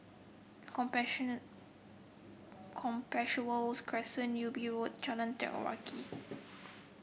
Compassvale Crescent Ubi Road Jalan Telawi